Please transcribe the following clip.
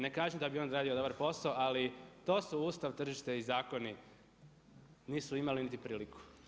Ne kažem da bi on odradio dobar posao, ali to su ustav, tržište i zakoni, nisu imali niti priliku.